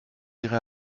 irez